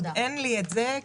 עוד אין לי את זה,